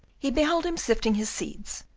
he beheld him sifting his seeds,